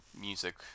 music